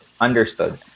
Understood